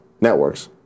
networks